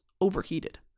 overheated